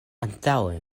antaŭe